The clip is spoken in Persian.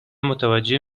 متوجه